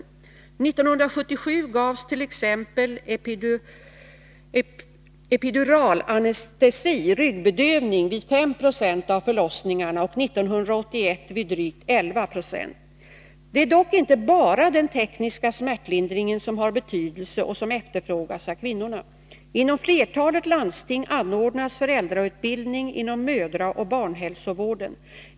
1977 gavs t.ex. epiduralanestesi vid 5 26 av förlossningarna och 1981 vid drygt 11 20. Det är dock inte bara den tekniska smärtlindringen som har betydelse och som efterfrågas av kvinnorna. Inom flertalet landsting anordnas föräldrautbildning inom mödraoch barnhälsovården.